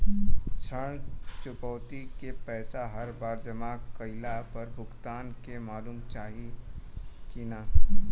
ऋण चुकौती के पैसा हर बार जमा कईला पर भुगतान के मालूम चाही की ना?